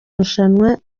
rushanwa